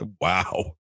wow